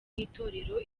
n’itorero